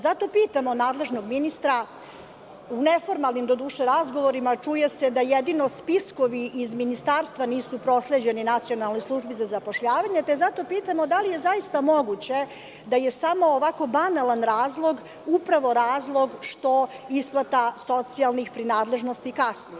Zato pitamo nadležnog ministra, doduše, u neformalnim razgovorima čuje se da jedino spiskovi iz ministarstva nisu prosleđeni Nacionalnoj službi za zapošljavanje, te ga zato pitamo – da li je zaista moguće da je samo ovako banalan razlog upravo razlog što isplata socijalnih prinadležnosti kasni?